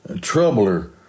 troubler